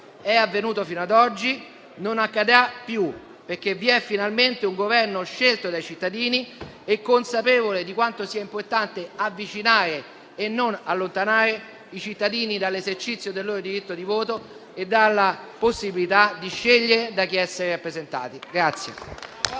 È avvenuto fino ad oggi, non accadrà più, perché vi è finalmente un Governo scelto dai cittadini e consapevole di quanto sia importante avvicinare e non allontanare i cittadini dall'esercizio del loro diritto di voto e dalla possibilità di scegliere da chi essere rappresentati.